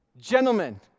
Gentlemen